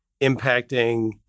impacting